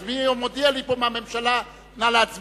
אז מי מודיע לי פה מהממשלה: נא להצביע,